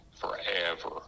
forever